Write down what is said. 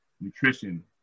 nutrition